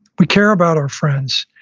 we care about our friends.